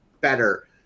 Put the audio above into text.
better